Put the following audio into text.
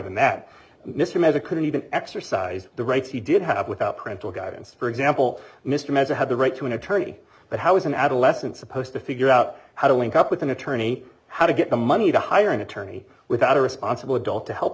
than that mr member couldn't even exercise the rights he did have without parental guidance for example mr meza had the right to an attorney but how is an adolescent supposed to figure out how to link up with an attorney how to get the money to hire an attorney without a responsible adult to help